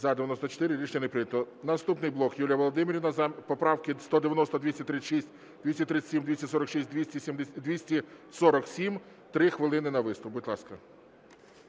За-94 Рішення не прийнято. Наступний блок. Юлія Володимирівна. Поправки 190, 236, 237, 246, 247. 3 хвилини на виступ. Будь ласка.